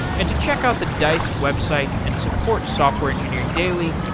and to check out the dice website and support software engineering daily,